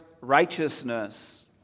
righteousness